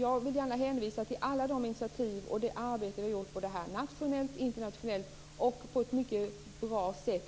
Jag vill gärna hänvisa till alla de initiativ och det goda arbete vi har gjort nationellt och internationellt